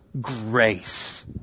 grace